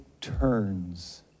turns